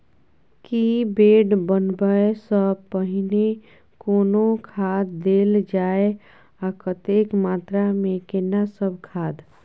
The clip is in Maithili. की बेड बनबै सॅ पहिने कोनो खाद देल जाय आ कतेक मात्रा मे केना सब खाद?